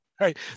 right